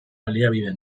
baliabide